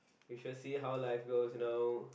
we should see how life goes you know